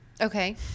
Okay